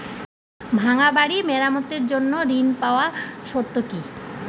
ভাঙ্গা বাড়ি মেরামতের জন্য ঋণ পাওয়ার শর্ত কি?